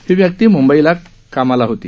हा व्यक्ती मृंबईला कामाला होता